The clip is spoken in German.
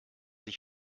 ich